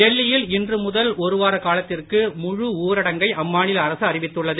டெல்லியில் இன்று முதல் ஒருவார காலத்திற்கு முழு ஊரடங்கை அம்மாநில அரசு அறிவித்துள்ளது